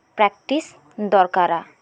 practice ᱫᱚᱨᱠᱟᱨᱟ